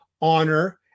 honor